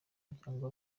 muryango